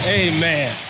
amen